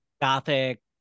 gothic